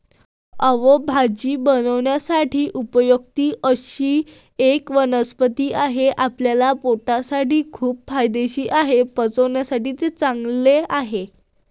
ओवा भाजी बनवण्यासाठी उपयुक्त अशी एक वनस्पती आहे, आपल्या पोटासाठी खूप फायदेशीर आहे, पचनासाठी ते चांगले आहे